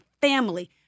family